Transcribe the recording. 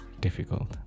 difficult